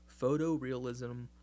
photorealism